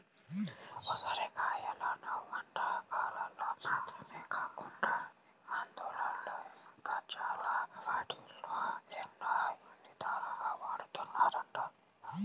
ఉసిరి కాయలను వంటకాల్లో మాత్రమే కాకుండా మందుల్లో ఇంకా చాలా వాటిల్లో ఎన్నో ఇదాలుగా వాడతన్నారంట